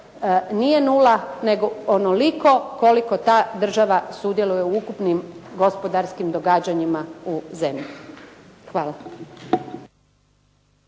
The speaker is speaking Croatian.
nije nula nego onoliko koliko ta država sudjeluje u ukupnim gospodarskim događanjima u zemlji. Hvala.